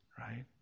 Right